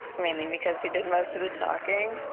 mainly because he did most of the talking.